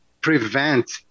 prevent